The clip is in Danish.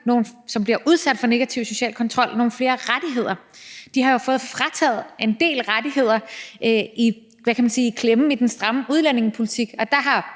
der bliver udsat for negativ social kontrol, nogle flere rettigheder? De har jo fået frataget en del rettigheder – hvad kan man sige – og kommet i klemme i den stramme udlændingepolitik. Og der har